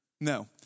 No